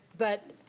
but.